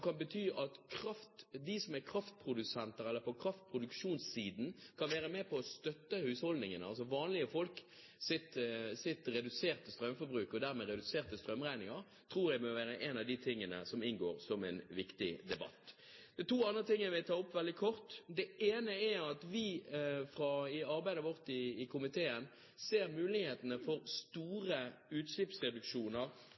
kan bety at de som er kraftprodusenter eller på kraftproduksjonssiden, kan være med på å støtte husholdningenes, altså vanlige folks, reduserte strømforbruk og dermed reduserte strømregninger. Det tror jeg må være noe som inngår i en viktig debatt. Det er to andre ting jeg vil ta opp veldig kort. Det ene er at vi fra arbeidet vårt i komiteen ser mulighetene for